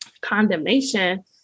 condemnation